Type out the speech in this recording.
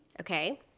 Okay